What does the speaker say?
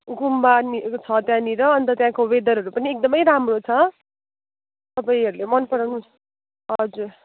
गुम्बा नि छ त्यहाँनिर अन्त त्यहाँको वेदरहरू पनि एकदमै राम्रो छ तपाईँहरूले मनपराउनु हजुर